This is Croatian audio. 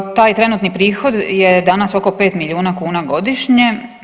Taj trenutni prihod je danas oko 5 milijuna kuna godišnje.